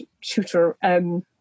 tutor